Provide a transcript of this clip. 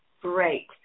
great